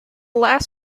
last